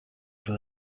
for